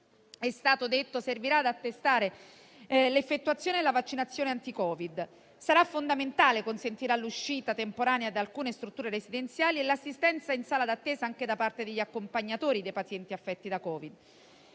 questo documento servirà ad attestare l'effettuazione della vaccinazione anti-Covid; sarà fondamentale e consentirà l'uscita temporanea da alcune strutture residenziali e l'assistenza in sala d'attesa anche per gli accompagnatori dei pazienti affetti da Covid.